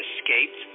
escaped